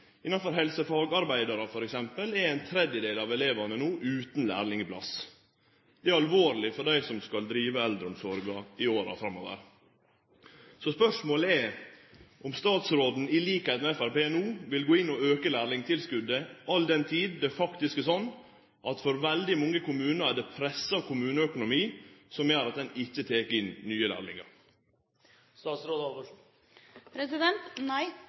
skal drive eldreomsorg i åra framover. Så spørsmålet er om statsråden, i likskap med Framstegspartiet, no vil gå inn for å auke lærlingtilskotet, all den tid det faktisk er slik at for veldig mange kommunar er det pressa kommuneøkonomi som gjer at dei ikkje tek inn nye lærlingar. Nei,